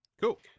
Cool